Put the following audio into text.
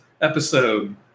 episode